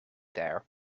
there